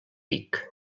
vic